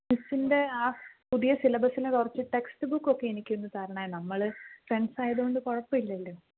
മിസ്സിന്റെ ആ പുതിയ സിലബസിലെ കുറച്ച് ടെക്സ്റ്റ് ബുക്ക് ഒക്കെ എനിക്കൊന്ന് തരണേ നമ്മൾ ഫ്രണ്ട്സ് ആയതുകൊണ്ട് കുഴപ്പം ഇല്ലല്ലോ